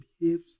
behaves